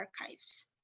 archives